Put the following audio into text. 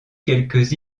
quelques